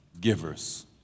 givers